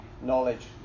knowledge